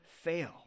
fail